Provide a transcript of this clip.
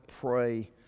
pray